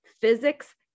physics